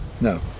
No